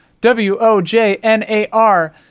W-O-J-N-A-R